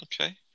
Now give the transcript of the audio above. Okay